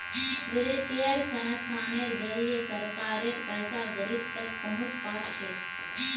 वित्तीय संस्थानेर जरिए सरकारेर पैसा गरीब तक पहुंच पा छेक